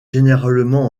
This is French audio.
généralement